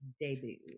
debut